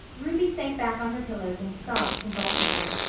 ruby sank back on her pillows and sobbed convulsively.